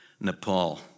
Nepal